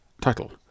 title